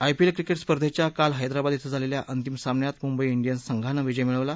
IPL cricket स्पर्धेच्या काल हैदराबाद ििं झालेल्या अंतिम सामन्यात मुंबई िडियन्स संघानं विजय मिळवला